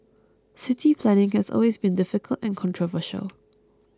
city planning has always been difficult and controversial